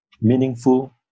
meaningful